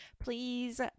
Please